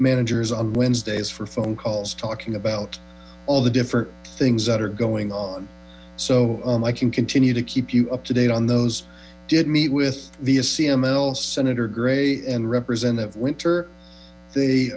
managers on wednesdays for phone calls talking about all the different things that are going on so i can continue to keep you up to date on those did meet with the cml senator gray and representative winter they